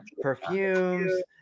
Perfumes